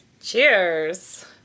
Cheers